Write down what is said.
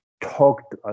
talked